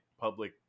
public